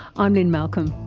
i'm lynne malcolm.